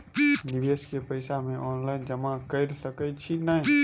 निवेश केँ पैसा मे ऑनलाइन जमा कैर सकै छी नै?